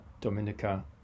Dominica